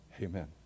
Amen